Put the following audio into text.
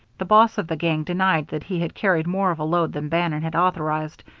the boss of the gang denied that he had carried more of a load than bannon had authorized,